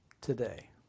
today